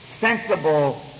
sensible